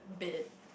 beat